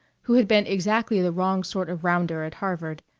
who had been exactly the wrong sort of rounder at harvard,